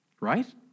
right